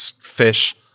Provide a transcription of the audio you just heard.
fish